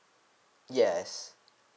yes